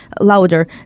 louder